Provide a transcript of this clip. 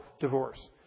divorce